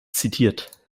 zitiert